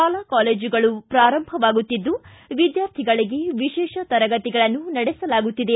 ಶಾಲಾ ಕಾಲೇಜುಗಳು ಪ್ರಾರಂಭವಾಗುತ್ತಿದ್ದು ವಿದ್ಯಾರ್ಥಿಗಳಿಗೆ ವಿಶೇಷ ತರಗತಿಗಳನ್ನು ನಡೆಸಲಾಗುತ್ತಿದೆ